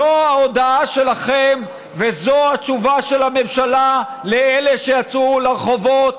זו ההודעה שלכם וזו התשובה של הממשלה לאלה שיצאו לרחובות.